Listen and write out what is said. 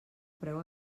preu